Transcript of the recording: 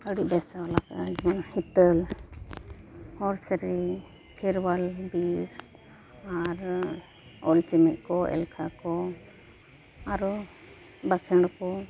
ᱟᱹᱰᱤ ᱵᱮᱥᱮ ᱚᱞ ᱟᱠᱟᱫᱟ ᱡᱮᱢᱚᱱ ᱦᱤᱛᱟᱹᱞ ᱦᱚᱲ ᱥᱮᱨᱮᱧ ᱠᱷᱮᱨᱣᱟᱞ ᱵᱤᱨ ᱟᱨ ᱚᱞ ᱪᱮᱢᱮᱫ ᱠᱚ ᱮᱞᱠᱷᱟ ᱠᱚ ᱟᱨᱚ ᱵᱟᱸᱠᱷᱮᱲ ᱠᱚ